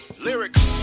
lyrics